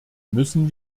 müssen